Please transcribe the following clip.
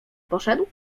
poszedł